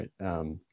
right